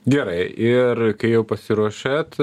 gerai ir kai jau pasiruošiat